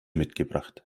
mitgebracht